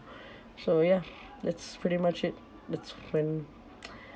so ya that's pretty much it that's when